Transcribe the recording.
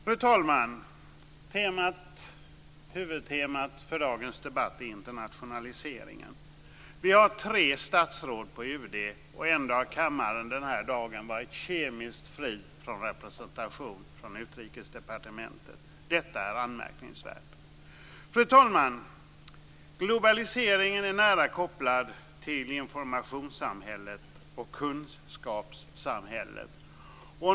Fru talman! Huvudtemat för dagens debatt är internationaliseringen. Vi har tre statsråd i UD, och ändå har kammaren den här dagen varit kemiskt fri från representation från Utrikesdepartementet. Detta är anmärkningsvärt. Fru talman! Globaliseringen är nära kopplad till informationssamhället och kunskapssamhället.